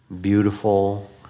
beautiful